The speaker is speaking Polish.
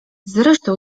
zresztą